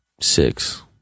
six